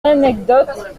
l’anecdote